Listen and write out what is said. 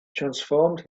transformed